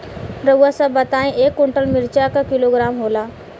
रउआ सभ बताई एक कुन्टल मिर्चा क किलोग्राम होला?